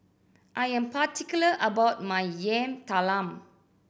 I am particular about my Yam Talam